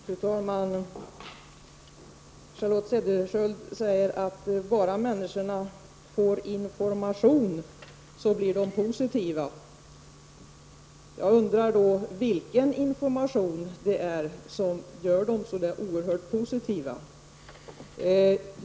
Fru talman! Charlotte Cederschiöld säger att om bara människorna får information så blir de positiva. Jag undrar vilken information det är som gör dem så oerhört positiva.